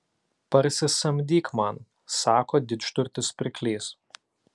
parsisamdyk man sako didžturtis pirklys